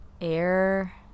air